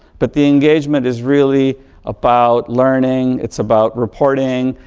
but the engagement is really about learning, it's about reporting,